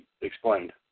explained